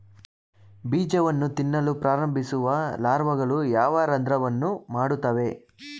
ಬೀಜವನ್ನು ತಿನ್ನಲು ಪ್ರಾರಂಭಿಸುವ ಲಾರ್ವಾಗಳು ಯಾವ ರಂಧ್ರವನ್ನು ಮಾಡುತ್ತವೆ?